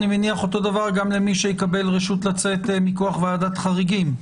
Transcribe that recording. אני מניח אותו דבר גם למי שיקבל רשות לצאת מכוח ועדת החריגים.